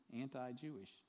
anti-Jewish